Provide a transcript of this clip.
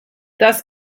das